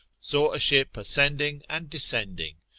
saw a ship ascending and descending,